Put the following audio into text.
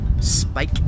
spike